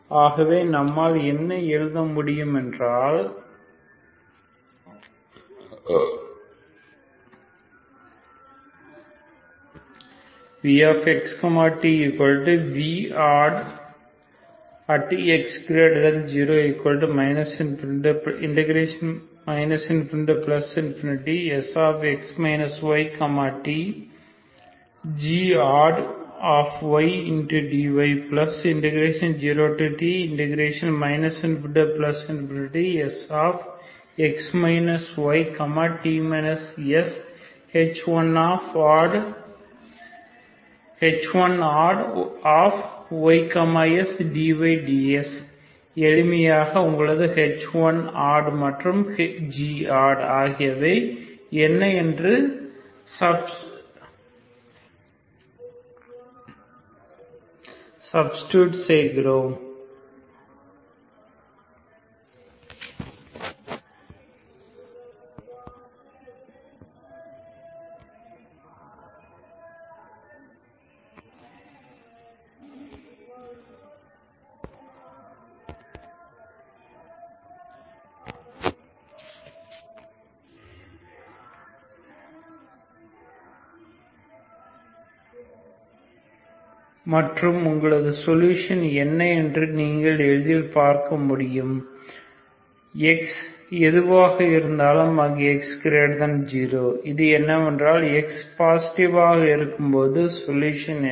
ஆகவே நம்மால் என்ன எழுத முடியும் என்றால் vx tvodd|x0 ∞Sx y tgoddydy0t ∞Sx y t sh1oddy sdyds எளிமையாக உங்களது h1odd மற்றும் godd ஆகியவை என்ன என்று சப்ஸ்டிடூட் செய்கிறோம் மற்றும் உங்களது சொல்யூஷன் என்ன என்று நீங்கள் எளிதில் பார்க்க முடியும் மற்றும் x எதுவாக இருந்தாலும் அங்கு x0 இது என்னவென்றால் x பாசிட்டிவாக இருக்கும்போது சொல்யூஷன் என்ன